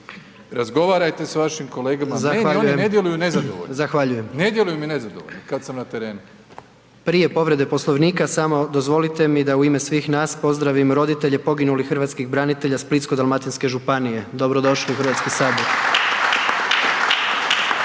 nezadovoljni kada sam na terenu. **Jandroković, Gordan (HDZ)** Zahvaljujem. Prije povrede Poslovnika samo dozvolite mi da u ime svih nas pozdravim roditelje poginulih hrvatskih branitelja Splitsko-dalmatinske županije. Dobrodošli u Hrvatski sabor.